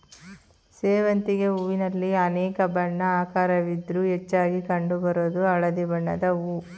ಸೇವಂತಿಗೆ ಹೂವಿನಲ್ಲಿ ಅನೇಕ ಬಣ್ಣ ಆಕಾರವಿದ್ರೂ ಹೆಚ್ಚಾಗಿ ಕಂಡು ಬರೋದು ಹಳದಿ ಬಣ್ಣದ್ ಹೂವು